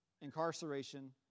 incarceration